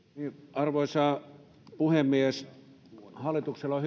arvoisa puhemies hallituksella on